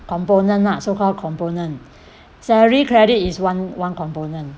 component ah so called component salary credit is one one component